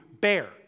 bear